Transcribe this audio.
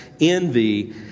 envy